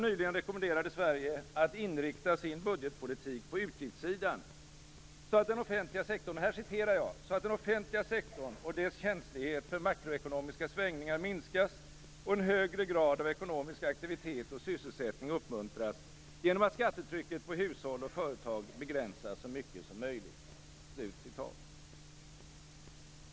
Nyligen rekommenderade de Sverige att inrikta sin budgetpolitik på utgiftssidan "så att den offentliga sektorn och dess känslighet för makroekonomiska svängningar minskas och en högre grad av ekonomisk aktivitet och sysselsättning uppmuntras genom att skattetrycket på hushåll och företag begränsas så mycket som möjligt".